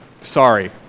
Sorry